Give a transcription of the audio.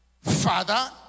Father